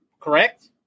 Correct